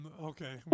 Okay